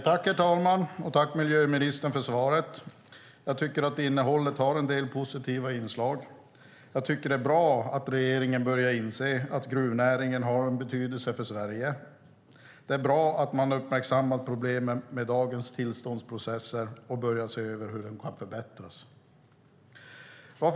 Herr talman! Tack för svaret, miljöministern! Jag tycker att innehållet har en del positiva inslag. Det är bra att regeringen börjar inse att gruvnäringen har en betydelse för Sverige. Det är bra att man har uppmärksammat problemen med dagens tillståndsprocesser och börjat se över hur de kan förbättras.